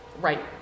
right